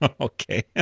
Okay